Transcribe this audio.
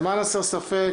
למען הסר ספק,